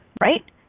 right